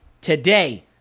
Today